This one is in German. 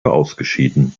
ausgeschieden